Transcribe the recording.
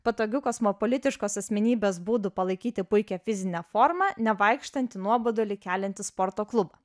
patogiu kosmopolitiškos asmenybės būdu palaikyti puikią fizinę formą nevaikštant į nuobodulį keliantį sporto klubą